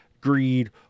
greed